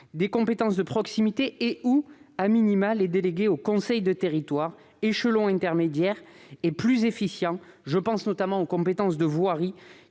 assemblée, de proximité ou,, les déléguer aux conseils de territoire, échelons intermédiaires et plus efficients. Je pense notamment aux compétences de voirie